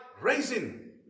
raising